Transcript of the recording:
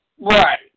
Right